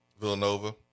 Villanova